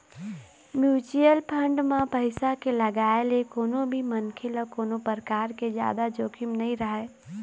mutual fund म पइसा के लगाए ले कोनो भी मनखे ल कोनो परकार के जादा जोखिम नइ रहय